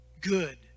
good